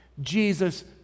Jesus